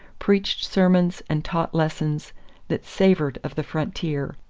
preached sermons and taught lessons that savored of the frontier,